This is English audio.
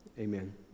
Amen